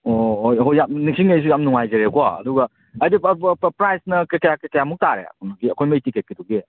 ꯑꯣ ꯍꯣꯏ ꯍꯣꯏ ꯌꯥꯝ ꯅꯤꯡꯁꯤꯡꯉꯛꯏꯁꯤꯁꯦ ꯌꯥꯝ ꯅꯨꯡꯉꯥꯏꯖꯔꯦꯀꯣ ꯑꯗꯨꯒ ꯍꯥꯏꯗꯤ ꯄ꯭ꯔꯥꯏꯖꯅ ꯀꯌꯥ ꯀꯌꯥꯃꯨꯛ ꯇꯥꯔꯦ ꯀꯩꯅꯣꯒꯤ ꯑꯩꯈꯣꯏꯒꯤ ꯇꯤꯀꯦꯠꯀꯤꯗꯨꯒꯤ